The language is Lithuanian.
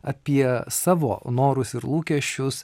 apie savo norus ir lūkesčius